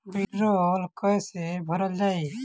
वीडरौल कैसे भरल जाइ?